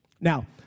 Now